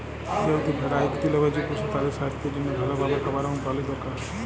যেহেতু ভেড়া ইক তৃলভজী পশু, তাদের সাস্থের জনহে ভাল ভাবে খাবার এবং পালি দরকার